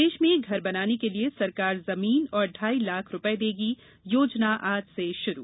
प्रदेश में घर बनाने के लिये सरकार जमीन और ढाई लाख रूपये देगी योजना आज से शुरू